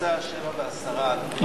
התשע"א 2011, לוועדת הכלכלה נתקבלה.